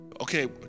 okay